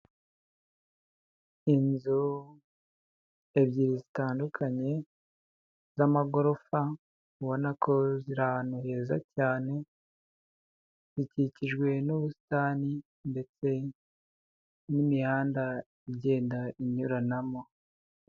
Inzu ebyiri zitandukanye z'amagorofa, ubona ko ziri ahantu heza cyane, zikikijwe n'ubusitani ndetse n'imihanda igenda inyuranamo.